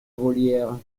volière